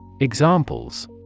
Examples